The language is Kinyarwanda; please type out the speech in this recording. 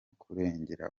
kurengera